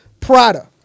Prada